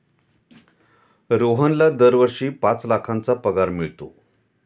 रोहनला दरवर्षी पाच लाखांचा पगार मिळतो